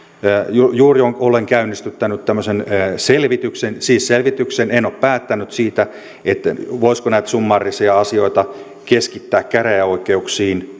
juuri olen käynnistyttänyt tämmöisen selvityksen siis selvityksen en ole päättänyt siitä voisiko näitä summaarisia asioita keskittää käräjäoikeuksiin